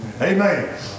Amen